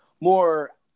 more